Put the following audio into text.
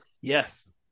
yes